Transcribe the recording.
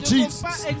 Jesus